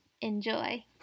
Enjoy